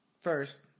first